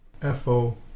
fo